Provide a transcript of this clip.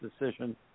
decision